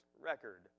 record